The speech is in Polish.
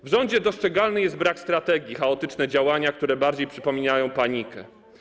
W rządzie dostrzegalny jest brak strategii, chaotyczne działania, które bardziej przypominają panikę.